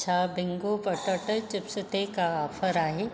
छा Bingo potato chips ते को ऑफर आहे